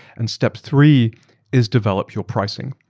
and step three is develop your pricing.